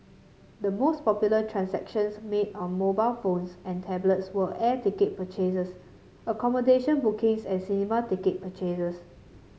the most popular transactions made on mobile phones and tablets were air ticket purchases accommodation bookings and cinema ticket purchases